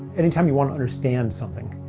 anytime you want to understand something.